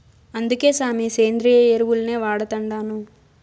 అందుకే సామీ, సేంద్రియ ఎరువుల్నే వాడతండాను